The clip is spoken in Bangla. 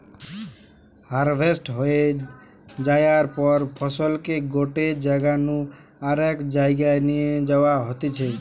হাভেস্ট হয়ে যায়ার পর ফসলকে গটে জাগা নু আরেক জায়গায় নিয়ে যাওয়া হতিছে